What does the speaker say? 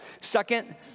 Second